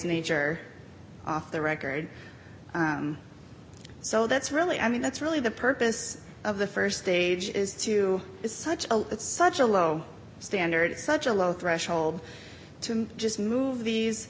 nature off the record so that's really i mean that's really the purpose of the st stage is to it's such a it's such a low standard such a low threshold to just mov